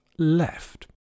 Left